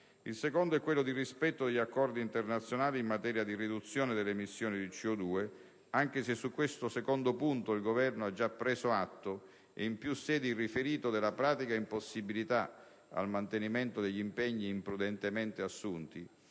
il secondo è quello del rispetto degli accordi internazionali in materia di riduzione delle emissioni di CO2. Su questo secondo punto, tuttavia, il Governo ha già preso atto e in più sedi riferito della pratica impossibilità al mantenimento degli impegni imprudentemente assunti